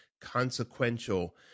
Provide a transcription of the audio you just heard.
consequential